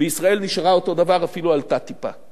ובישראל היא נשארה אותו דבר ואפילו עלתה טיפה.